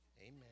Amen